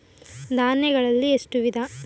ಧಾನ್ಯಗಳಲ್ಲಿ ಎಷ್ಟು ವಿಧ?